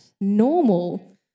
normal